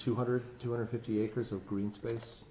two hundred two hundred fifty acres of green space